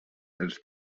els